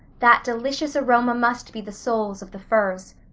that delicious aroma must be the souls of the firs.